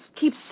keep